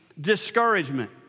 discouragement